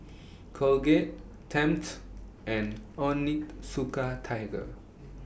Colgate Tempt and Onitsuka Tiger